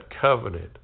covenant